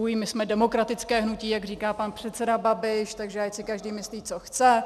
My jsme demokratické hnutí, jak říká pan předseda Babiš, takže ať si každý myslí, co chce.